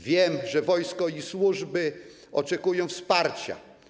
Wiem, że wojsko i służby oczekują wsparcia.